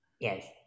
Yes